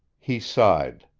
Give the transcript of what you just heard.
he sighed.